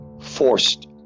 forced